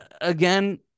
again